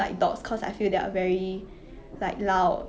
mm